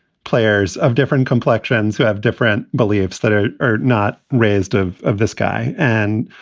players of different complexions who have different beliefs that are are not raised of of this guy. and,